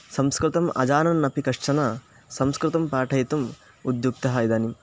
संस्कृतम् अजानन्नपि कश्चन संस्कृतं पाठयितुम् उद्युक्तः इदानीं